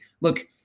look